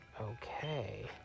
Okay